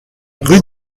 rue